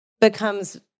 becomes